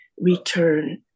return